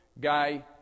guy